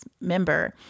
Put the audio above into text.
member